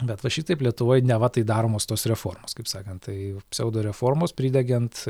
bet va šitaip lietuvoj neva tai daromos tos reformos kaip sakant tai pseudoreformos pridegiant